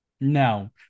no